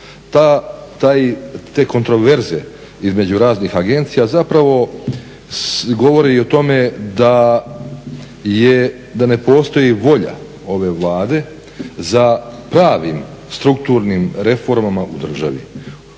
te kontroverze između raznih agencija zapravo govore i o tome da je, da ne postoji volja ove Vlade za pravim strukturnim reformama u državi.